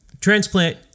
Transplant